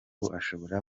ashobora